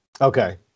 Okay